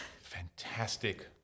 fantastic